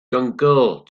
jyngl